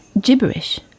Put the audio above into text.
gibberish